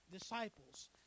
disciples